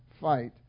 fight